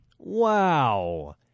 wow